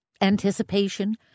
anticipation